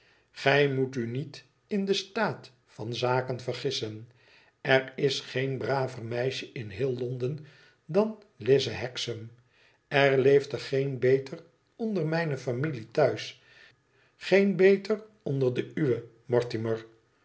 gij moet u niet in den staat van zaken vergissen er is geen braver meisje in geheel londen dan lize hexam er leeft er geen beter onder mijne familie thuis geen beter onder de uwe mortimer